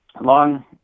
long